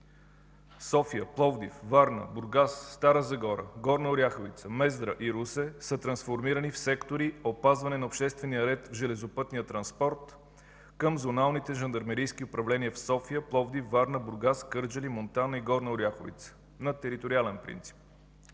София, Пловдив, Варна, Бургас, Стара Загора, Горна Оряховица, Мездра и Русе са трансформирани в сектори „Опазване на обществения ред в железопътния транспорт” към зоналните жандармерийски управления в София, Пловдив, Варна, Бургас, Кърджали, Монтана и Горна Оряховица на териториален принцип.